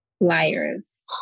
Liars